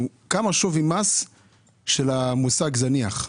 עליה: כמה שווי המס של המושג "זניח"?